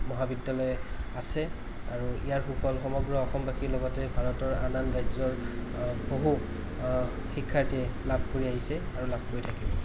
মহাবিদ্য়ালয় আছে আৰু ইয়াৰ সুফল সমগ্ৰ অসমবাসীৰ লগতে ভাৰতৰ আন আন ৰাজ্য়ৰ বহু শিক্ষাৰ্থীয়ে লাভ কৰি আহিছে আৰু লাভ কৰি থাকিব